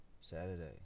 Saturday